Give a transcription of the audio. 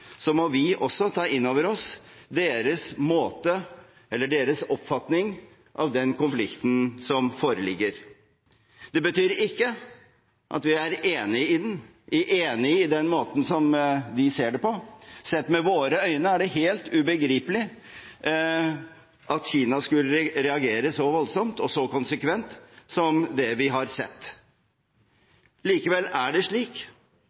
må vi også ta inn over oss deres oppfatning av den konflikten som foreligger. Det betyr ikke at vi er enig i den, enig i den måten de ser det på – sett med våre øyne er det helt ubegripelig at Kina skulle reagere så voldsomt og så konsekvent som det vi har sett. Likevel er det slik